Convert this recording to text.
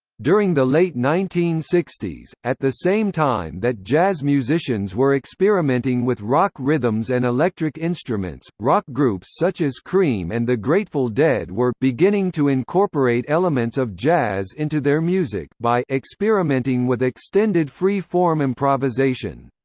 during the late nineteen sixty s, at the same time that jazz musicians were experimenting with rock rhythms and electric instruments, rock groups such as cream and the grateful dead were beginning to incorporate elements of jazz into their music by experimenting with extended free-form improvisation.